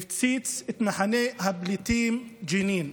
הפציץ את מחנה הפליטים ג'נין.